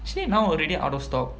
actually now already out of stock